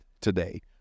today